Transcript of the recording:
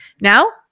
Now